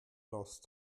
last